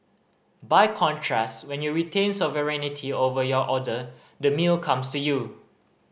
by contrast when you retain sovereignty over your order the meal comes to you